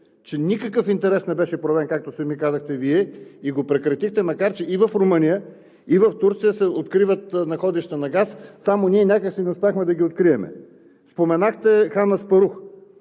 че никакъв интерес не беше проявен, както сами казахте Вие, и го прекратихте, макар че и в Румъния, и в Турция се откриват находища на газ, само ние някак си не успяхме да ги открием. Споменахте „Блок Хан Аспарух“.